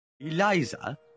Eliza